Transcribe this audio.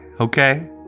okay